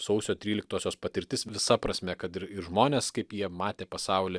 sausio tryliktosios patirtis visa prasme kad ir žmonės kaip jie matė pasaulį